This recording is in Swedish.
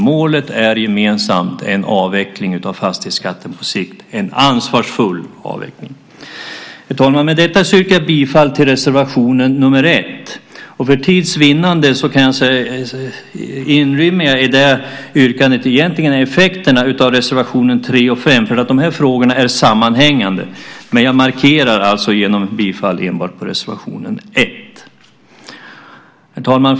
Målet är gemensamt: en avveckling av fastighetsskatten på sikt, en ansvarsfull avveckling. Herr talman! Med detta yrkar jag bifall till reservation nr 1, och för tids vinnande kan jag inbegripa i det yrkandet effekten av reservationerna 3 och 5. De här frågorna är sammanhängande, men jag markerar alltså genom bifall till enbart reservation 1. Herr talman!